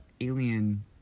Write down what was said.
alien